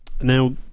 Now